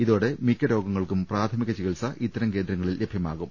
ഇതോടെ മിക്ക രോഗങ്ങൾക്കും പ്രാഥ മിക ചികിത്സ ഇത്തരം കേന്ദ്രങ്ങളിൽ ലഭ്യമാകും